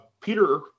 Peter